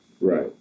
Right